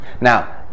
Now